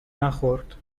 نخورد